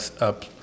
up